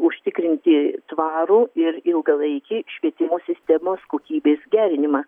užtikrinti tvarų ir ilgalaikį švietimo sistemos kokybės gerinimą